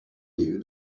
you